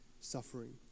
suffering